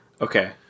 Okay